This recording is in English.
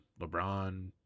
LeBron